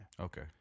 Okay